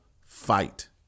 Fight